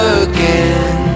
again